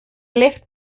left